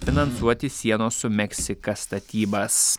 finansuoti sienos su meksika statybas